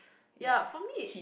yeap for me